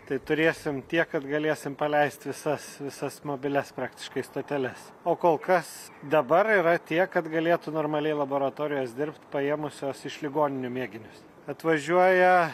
tai turėsim tiek kad galėsim paleisti visas visas mobilias praktiškai stoteles o kol kas dabar yra tiek kad galėtų normaliai laboratorijos dirbt paėmusios iš ligoninių mėginius atvažiuoja